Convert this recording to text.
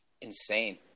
insane